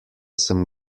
sem